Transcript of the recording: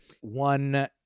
one